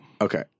Okay